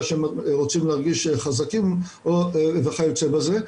שהם רוצים להרגיש חזקים וכיוצא בזה,